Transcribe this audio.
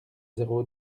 zéro